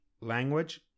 Language